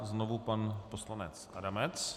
Znovu pan poslanec Adamec.